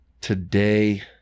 today